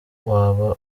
waba